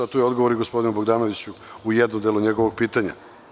To je odgovor gospodinu Bogdanoviću u jednom delu njegovog pitanja.